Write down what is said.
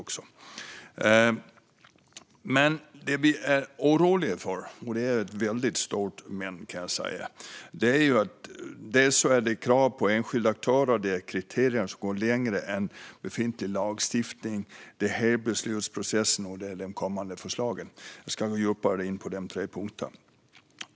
Men det som vi är oroliga för - det är ett väldigt stort men, kan jag säga - är kraven på enskilda aktörer, kriterier som går längre än befintlig lagstiftning, beslutsprocessen och de kommande förslagen. Jag ska gå djupare in på dessa punkter.